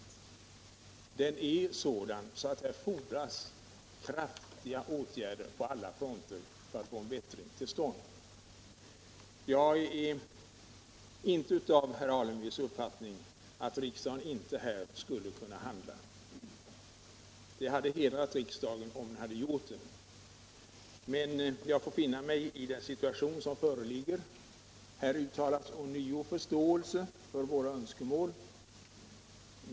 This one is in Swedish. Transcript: Situationen är sådan att det fordras kraftiga åtgärder på alla håll för att få en bättring till stånd. Jag delar inte herr Alemyrs uppfattning att riksdagen här i dag inte skulle kunna agera med kraft i denna fråga. Det hade hedrat riksdagen om den hade gjort det. Men jag får finna mig i den situation som föreligger. Här har ånyo uttalats förståelse för motionärernas önskemål.